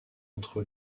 entre